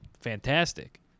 fantastic